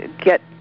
get